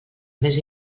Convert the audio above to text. més